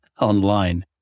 online